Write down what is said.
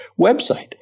website